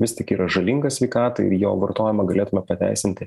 vis tik yra žalingas sveikatai ir jo vartojimą galėtume pateisinti